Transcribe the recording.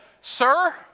Sir